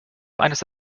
eines